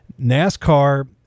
NASCAR